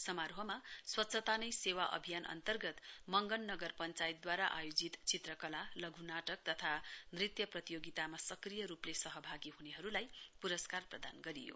समारोहमा स्वच्छता नै सेवा अभियान अन्तर्गत मगन नगर पश्वायतद्वारा आयोजित चित्रकला लघु नाटक तथा नृत्य प्रतियोगितामा सक्रिय रूपले सहभागीहरूहरूलाई पुरस्कार प्रदान गरियो